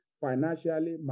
financially